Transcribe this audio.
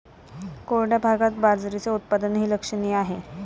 कोरड्या भागात बाजरीचे उत्पादनही लक्षणीय आहे